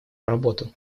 работу